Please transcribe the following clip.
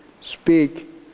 speak